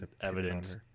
evidence